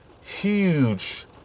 huge